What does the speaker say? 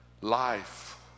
life